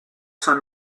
cinq